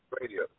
radio